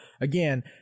Again